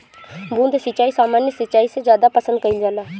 बूंद सिंचाई सामान्य सिंचाई से ज्यादा पसंद कईल जाला